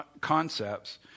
concepts